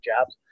jobs